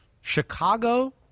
Chicago